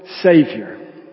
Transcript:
Savior